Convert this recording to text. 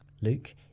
Luke